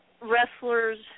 wrestlers